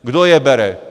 Kdo je bere?